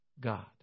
God